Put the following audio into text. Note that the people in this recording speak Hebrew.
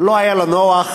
לא היה לו נוח,